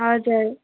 हजुर